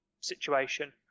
situation